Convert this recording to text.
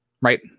right